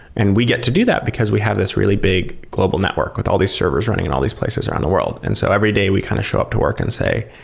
and we get to do that because we have this really big global network with all these servers running in all these places around the world. and so every day we kind of show up to work and say,